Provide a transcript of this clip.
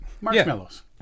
Marshmallows